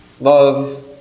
love